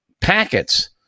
packets